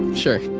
sure.